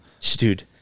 Dude